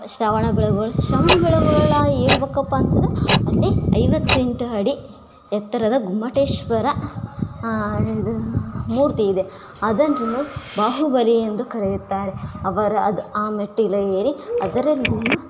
ಶ್ರವಣ ಬೆಳಗೊಳ ಶ್ರವಣ ಬೆಳಗೊಳ ಹೇಳ್ಬೊಕಪ್ಪ ಅಂತಂದರೆ ಅಲ್ಲಿ ಐವತ್ತೆಂಟು ಅಡಿ ಎತ್ತರದ ಗೊಮ್ಮಟೇಶ್ವರ ಇದು ಮೂರ್ತಿಯಿದೆ ಅದನ್ನು ಬಾಹುಬಲಿ ಎಂದು ಕರೆಯುತ್ತಾರೆ ಅವರ ಅದು ಆ ಮೆಟ್ಟಿಲು ಏರಿ ಅದರಲ್ಲಿಯು